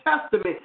Testament